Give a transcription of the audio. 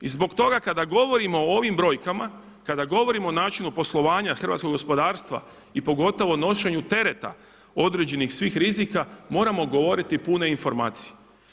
I zbog toga kada govorimo o ovim brojkama, kada govorimo o načinu poslovanja hrvatskog gospodarstva i pogotovo nošenju tereta određenih svih rizika moramo govoriti pune informacije.